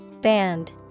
Band